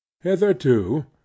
hitherto